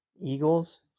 Eagles